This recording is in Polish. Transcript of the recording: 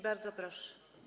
Bardzo proszę.